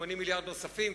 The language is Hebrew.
80 מיליארד נוספים,